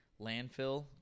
landfill